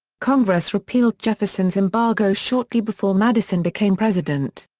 congress repealed jefferson's embargo shortly before madison became president.